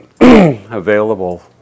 available